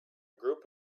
group